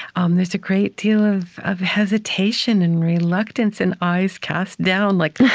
um there's a great deal of of hesitation and reluctance and eyes cast down, like,